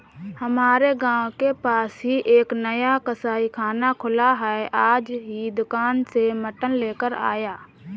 हमारे गांव के पास ही एक नया कसाईखाना खुला है मैं आज ही दुकान से मटन लेकर आया